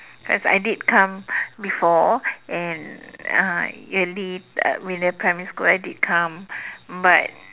because I did come before and uh early uh when they primary school I did come but